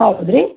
ಹೌದು ರೀ